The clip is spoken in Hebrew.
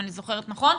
אם אני זוכרת נכון.